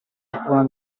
occupano